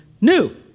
new